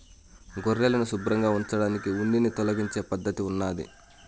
గొర్రెలను శుభ్రంగా ఉంచడానికి ఉన్నిని తొలగించే పద్ధతి ఉన్నాది